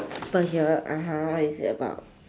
per year (uh huh) what is it about